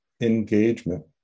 engagement